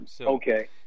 Okay